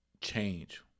change